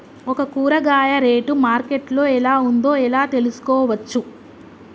ఒక కూరగాయ rate market లో ఎలా ఉందో ఎలా తెలుసుకోవచ్చు?